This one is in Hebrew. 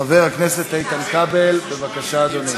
חבר הכנסת איתן כבל, בבקשה, אדוני.